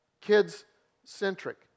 kids-centric